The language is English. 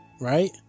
right